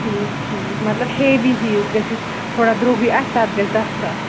ٹھیٖک ٹھیٖک مَطلَب ہیٚوی ہیٚیِس گَژھِہ مطلب یُس تھوڑا درٛوگٕے ہیٚو آسہِ تَتھ گَژھِہ دَہ ساس